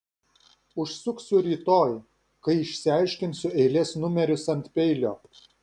užsuksiu rytoj kai išsiaiškinsiu eilės numerius ant peilio